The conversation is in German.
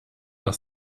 noch